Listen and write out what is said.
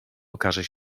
okaże